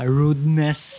rudeness